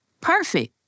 perfect